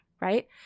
right